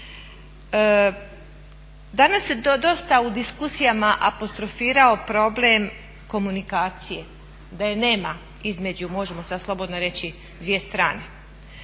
Danas se dosta u diskusijama apostrofirao problem komunikacije da je nema između, možemo sada slobodno reći dvije strane.